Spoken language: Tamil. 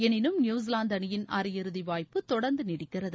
எளினும் நியூசிலாந்து அணியின் அரையிறுதி வாய்ப்பு தொடர்ந்து நீடிக்கிறது